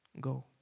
Go